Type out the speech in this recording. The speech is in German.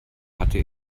hatte